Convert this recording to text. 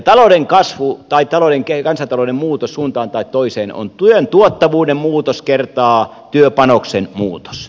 talouden kasvu tai kansantalouden muutos suuntaan tai toiseen on työn tuottavuuden muutos kertaa työpanoksen muutos